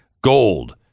gold